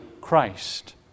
Christ